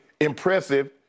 impressive